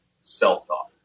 self-talk